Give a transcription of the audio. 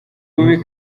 bubi